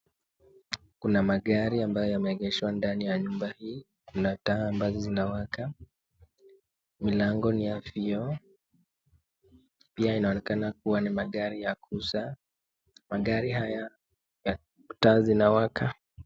Kuna magari ambayo yameegeshwa ndani ya nyumba hii .Kuna taa ambazo zinawaka ,milango ni ya vioo. Pia inaonekana kuwa ni magari ya kuuza .Magari haya, taa zinawaka.